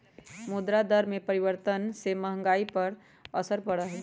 मुद्रा दर में परिवर्तन से महंगाई पर असर पड़ा हई